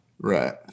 right